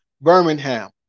Birmingham